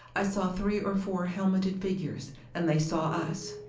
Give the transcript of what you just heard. i saw three or four helmeted figures, and they saw us!